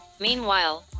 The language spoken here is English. meanwhile